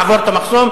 לעבור את המחסום?